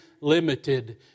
limited